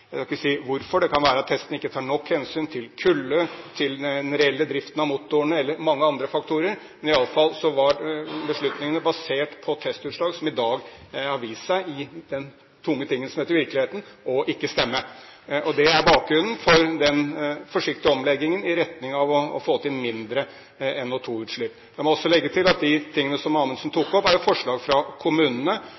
Jeg skal ikke si hvorfor, det kan være at testene ikke tar nok hensyn til kulde, til den reelle driften av motorene eller mange andre faktorer, men iallfall var beslutningene basert på testutslag som i dag har vist seg – i den tunge tingen som heter virkeligheten – ikke å stemme. Det er bakgrunnen for den forsiktige omleggingen i retning av å få til mindre NO2-utslipp. La meg også legge til at det som Amundsen